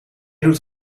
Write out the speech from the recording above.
doet